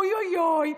אוי אוי אוי.